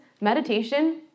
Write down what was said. meditation